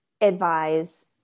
advise